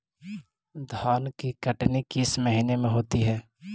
धान की कटनी किस महीने में होती है?